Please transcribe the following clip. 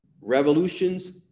revolutions